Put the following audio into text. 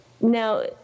Now